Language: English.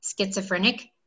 schizophrenic